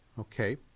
Okay